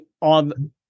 on